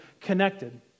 connected